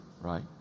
right